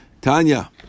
Tanya